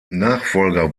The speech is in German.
nachfolger